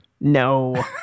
No